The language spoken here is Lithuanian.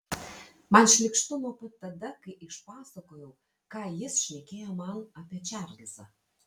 man šlykštu nuo pat tada kai išpasakojau ką jis šnekėjo man apie čarlzą